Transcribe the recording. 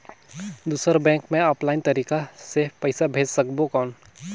दुसर बैंक मे ऑफलाइन तरीका से पइसा भेज सकबो कौन?